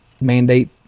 mandate